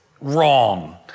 wrong